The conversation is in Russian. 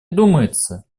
думается